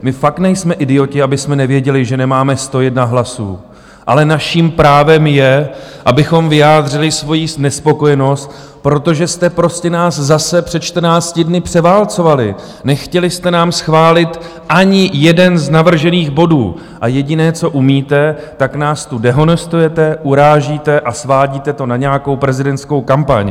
My fakt nejsme idioti, abychom nevěděli, že nemáme 101 hlasů, ale naším právem je, abychom vyjádřili svoji nespokojenost, protože jste prostě nás zase před 14 dny převálcovali, nechtěli jste nám schválit ani jeden z navržených bodů, a jediné, co umíte, tak nás tu dehonestujete, urážíte a svádíte to na nějakou prezidentskou kampaň.